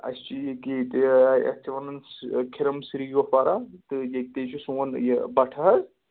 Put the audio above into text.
اَسہِ چھُ ییٚکہِ ییٚتہِ یَتھ چھِ وَنَان کھِرَم سِری گُپوارہ تہٕ ییٚتی چھُ سون یہِ بَٹھٕ حظ